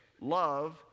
Love